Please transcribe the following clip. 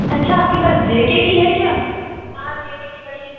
अच्छा आपके पास जे के की है क्या हाँ जे के की पड़ी हैं